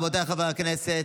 רבותיי חברי הכנסת,